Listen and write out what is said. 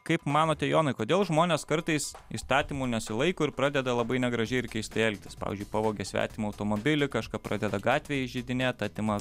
kaip manote jonai kodėl žmonės kartais įstatymų nesilaiko ir pradeda labai negražiai ir keistai elgtis pavyzdžiui pavogia svetimą automobilį kažką pradeda gatvėj įžeidinėt atima